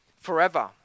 forever